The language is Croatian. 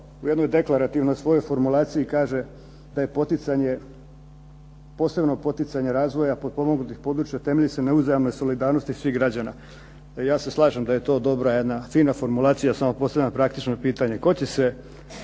u jednoj deklarativnoj svojoj formulaciji kaže da je posebno poticanje razvoja potpomognutih područja temelji se na uzajamnoj solidarnosti svih građana. Ja se slažem da je to jedna dobra, fina formulacija. Samo postavljam praktično pitanje. Tko će se